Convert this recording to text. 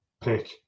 pick